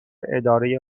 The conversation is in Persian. اداره